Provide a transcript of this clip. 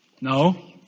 No